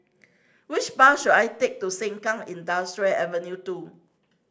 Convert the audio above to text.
which bus should I take to Sengkang Industrial Avenue Two